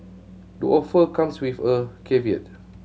the offer comes with a caveat